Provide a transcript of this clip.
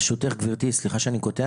ברשותך, גברתי, סליחה שאני קוטע.